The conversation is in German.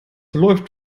läuft